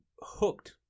hooked